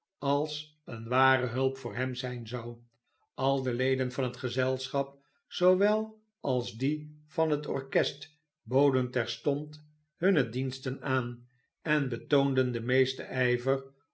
als een ware hulp voor hem zijn zou al de leden van het gezelschap zoowel als die van het orkest boden terstond hunne diensten aan en betoonden den meesten ijver